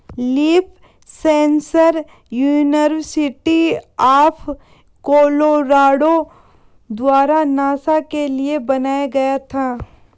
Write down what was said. leaf sensor university of Colorado द्वारा NASA के लिए बनाया गया था